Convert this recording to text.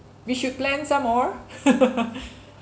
we should plan some more